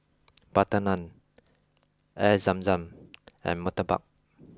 Butter Naan Air Zam Zam and Murtabak